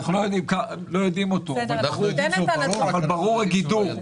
אנחנו לא יודעים אותו, אבל ברור הגידור.